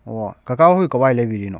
ꯑꯣ ꯀꯀꯥꯈꯣꯏ ꯀꯗꯥꯏꯋꯥꯏꯗ ꯂꯩꯕꯤꯔꯤꯅꯣ